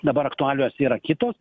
dabar aktualijos yra kitos